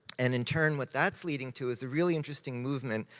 and in turn, what that's leading to is a really interesting movement.